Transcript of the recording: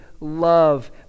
love